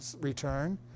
return